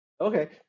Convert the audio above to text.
okay